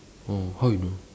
oh how you know